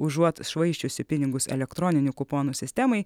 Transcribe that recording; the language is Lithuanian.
užuot švaisčiusi pinigus elektroninių kuponų sistemai